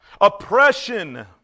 oppression